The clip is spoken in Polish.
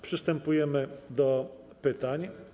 Przystępujemy do pytań.